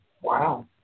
Wow